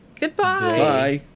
Goodbye